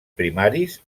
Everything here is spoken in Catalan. primaris